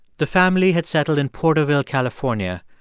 the family had settled in porterville, calif, ah and